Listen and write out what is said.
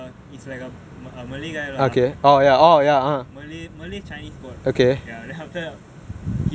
malay malay chinese god ya after that he told my mother that the problem is not with me